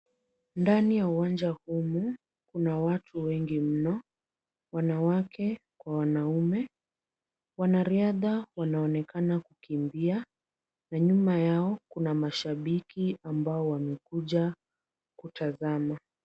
Ndani ya uwanja humu, kuna watu wengi mno. Wanawake kwa wanaume. Wanariadha wanaonekana kukimbia na nyuma yao kuna mashabiki ambao wamekuja kutazama.